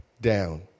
down